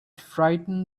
frightened